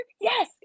Yes